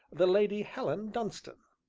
the lady helen dunstan.